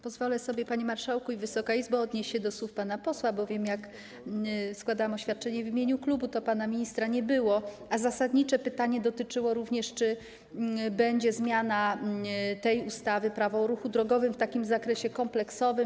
Pozwolę sobie, panie marszałku, Wysoka Izbo, odnieść się do słów pana posła, bowiem jak składałam oświadczenie w imieniu klubu, to pana ministra nie było, a zasadnicze pytanie dotyczyło również tego, czy będzie zmiana ustawy - Prawo o ruchu drogowy w takim kompleksowym zakresie.